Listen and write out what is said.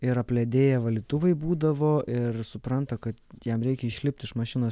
ir apledėję valytuvai būdavo ir supranta kad jam reikia išlipt iš mašinos